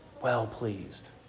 well-pleased